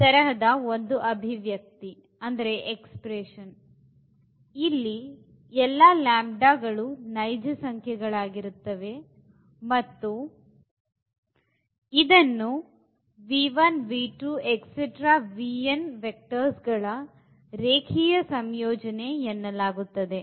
ತರಹದ ಒಂದು ಅಭಿವ್ಯಕ್ತಿ ಇಲ್ಲಿ ಎಲ್ಲಾ λಗಳು ನೈಜ ಸಂಖ್ಯೆ ಗಳಾಗಿರುತ್ತದೆಯೋ ಅದನ್ನು ವೆಕ್ಟರ್ಸ್ ಗಳ ರೇಖೀಯ ಸಂಯೋಜನೆ ಎನ್ನಲಾಗುತ್ತದೆ